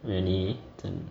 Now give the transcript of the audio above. really